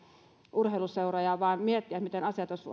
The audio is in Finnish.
urheiluseuroja vaan miettiä miten asiat